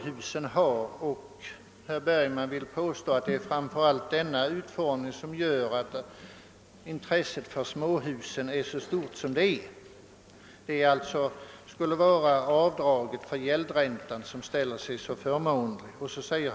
Herr Bergman påstod att det framför allt är den nuvarande utformningen med avdrag för gäldränta som gör att intresset för småhusen är så stort.